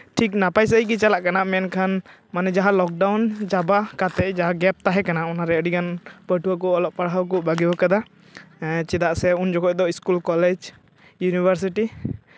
ᱴᱷᱤᱠ ᱱᱟᱯᱟᱭ ᱥᱟᱺᱦᱤᱡ ᱜᱮ ᱪᱟᱞᱟᱜ ᱠᱟᱱᱟ ᱢᱮᱱᱠᱷᱟᱱ ᱢᱟᱱᱮ ᱡᱟᱦᱟᱸ ᱞᱚᱠᱰᱟᱣᱩᱱ ᱪᱟᱵᱟ ᱠᱟᱛᱮᱫ ᱡᱟᱦᱟᱸ ᱜᱮᱯ ᱛᱟᱦᱮᱸ ᱠᱟᱱᱟ ᱚᱱᱟᱨᱮ ᱟᱹᱰᱤ ᱜᱟᱱ ᱯᱟᱹᱴᱷᱩᱣᱟᱹ ᱠᱚ ᱚᱞᱚᱜ ᱯᱟᱲᱦᱟᱣ ᱠᱚ ᱵᱟᱹᱜᱤ ᱟᱠᱟᱫᱟ ᱦᱮᱸ ᱪᱮᱫᱟᱜ ᱥᱮ ᱩᱱ ᱡᱚᱠᱷᱚᱱ ᱫᱚ ᱥᱠᱩᱞ ᱠᱚᱞᱮᱡᱽ ᱤᱭᱩᱱᱤᱵᱷᱟᱨᱥᱤᱴᱤ